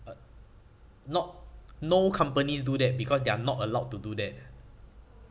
not no companies do that because they are not allowed to do that